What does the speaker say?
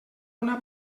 una